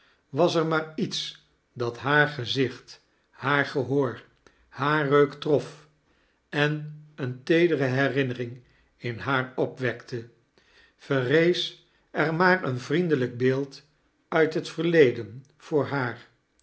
was er maar iets dat haar gezicht haar gehoor liaair reuk trof en eene teedere hexinnering in haar opwekte verrees er maar een vriendelijk beeld uit het verleden voor haar